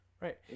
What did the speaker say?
Right